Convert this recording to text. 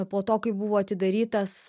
po to kai buvo atidarytas